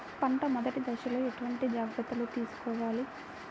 పంట మెదటి దశలో ఎటువంటి జాగ్రత్తలు తీసుకోవాలి?